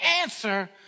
answer